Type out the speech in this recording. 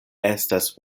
estas